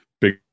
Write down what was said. big